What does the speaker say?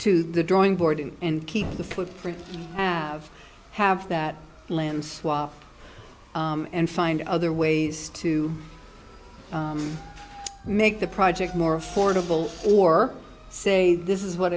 to the drawing board and keep the footprint have have that land swap and find other ways to make the project more affordable or say this is what